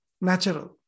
natural